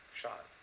shot